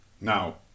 Now